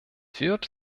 führt